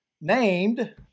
named